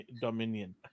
Dominion